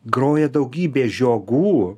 groja daugybė žiogų